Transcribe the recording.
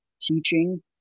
teaching